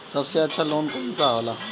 सबसे अच्छा लोन कौन सा होला?